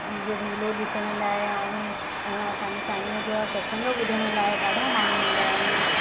इहो मेलो डिसण लाइ ऐं अ असांजे साईंअ जो सत्संग ॿुधण लाइ ॾाढा माण्हू ईंदा आहिनि